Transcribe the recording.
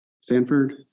Sanford